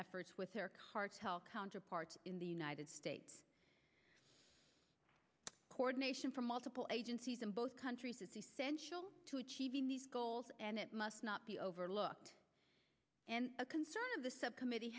efforts with their cartel counterparts in the united states coordination from multiple agencies in both countries is essential to achieving these goals and it must not be overlooked a concern of the subcommittee